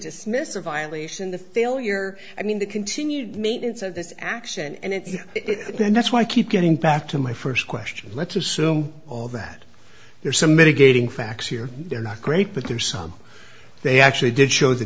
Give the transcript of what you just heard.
dismiss a violation the failure i mean the continued maintenance of this action and then that's why i keep getting back to my first question let's assume of that there are some mitigating facts here they're not great but there are some they actually did show the